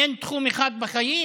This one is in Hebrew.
אין תחום אחד בחיים